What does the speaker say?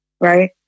right